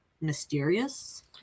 mysterious